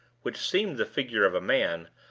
which seemed the figure of a man,